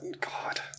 God